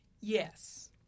Yes